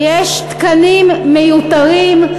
יש תקנים מיותרים,